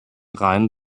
reinen